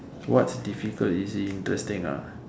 what's difficult is it interesting ah